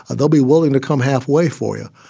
and they'll be willing to come halfway for you.